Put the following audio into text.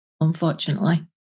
unfortunately